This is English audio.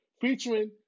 featuring